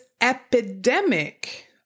epidemic